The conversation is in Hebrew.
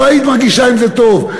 לא היית מרגישה עם זה טוב.